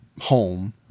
home